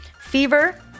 Fever